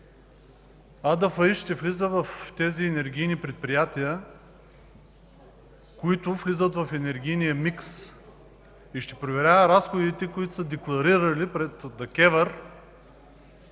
ще влиза в тези енергийни предприятия, които влизат в енергийния микс и ще проверява разходите, които са декларирали пред ДКЕВР.